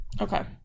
Okay